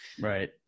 Right